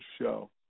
show